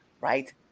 right